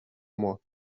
moi